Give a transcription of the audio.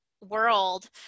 world